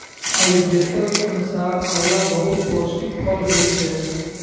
आयुर्वेदक अनुसार आंवला बहुत पौष्टिक फल होइ छै